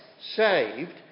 saved